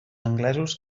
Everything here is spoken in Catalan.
anglesos